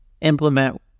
implement